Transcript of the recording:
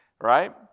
Right